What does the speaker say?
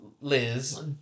liz